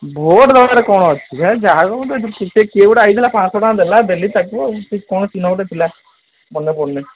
vote ଦବାରେ କ'ଣ ଅଛି ବା ଯାହାକୁ କିଏ ଗୋଟେ ଆସିଥିଲା ପାଞ୍ଚଶହ ଟଙ୍କା ଦେଲା ଦେଲି ତାକୁ ସେ କ'ଣ ଚିହ୍ନ ଗୋଟେ ଥିଲା ମାନେ ପଡୁନି